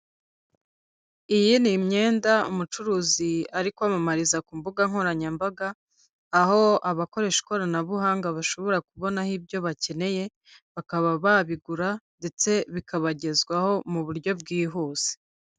Iyi ni imyenda umucuruzi ari kwamamariza ku mbuga nkoranyambaga, aho abakoresha ikoranabuhanga bashobora kubonaho ibyo bakeneye, bakaba babigura ndetse bikabagezwaho mu buryo bwihuse.